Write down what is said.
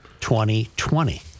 2020